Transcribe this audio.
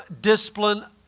discipline